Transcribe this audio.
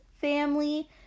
family